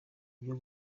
byo